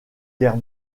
guerre